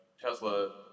Tesla